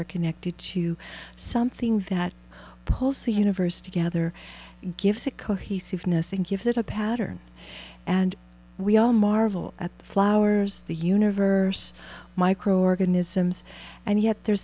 are connected to something that pulls the universe together gives a cohesiveness and gives it a pattern and we all marvel at the flowers the universe micro organisms and yet there